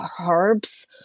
herbs